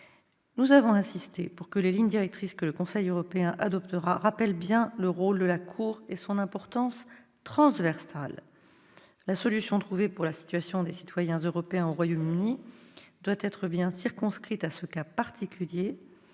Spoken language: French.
Nous avons insisté pour que les lignes directrices que le Conseil européen adoptera rappellent bien le rôle de la Cour et son importance transversale. La solution trouvée pour ce qui concerne les citoyens européens résidant au Royaume-Uni doit être clairement circonscrite à ce cas particulier,